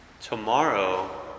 Tomorrow